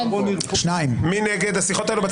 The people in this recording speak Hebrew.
מי נגד?